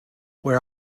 where